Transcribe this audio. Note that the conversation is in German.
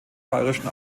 bayerischen